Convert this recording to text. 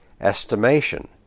estimation